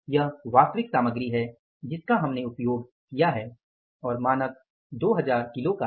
यह वास्तविक सामग्री है जिसका हमने उपयोग किया है और मानक 2000 किलो था